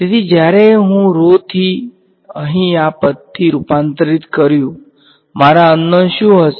તેથી જ્યારે હું rho થી અહી આ પદથી રૂપાંતરિત કરયું મારા અન નોન શુ હશે